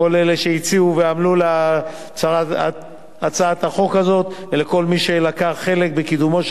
לכל אלה שהציעו ועמלו על הצעת החוק הזאת ולכל מי שלקח חלק בקידומה.